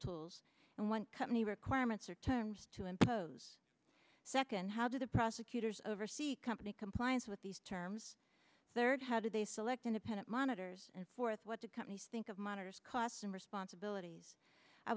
tools and when company requirements or terms to impose a second how do the prosecutors oversee company compliance with these terms there and how do they select independent monitors and fourth what the companies think of monitors cost and responsibilities i